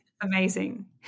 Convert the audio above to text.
amazing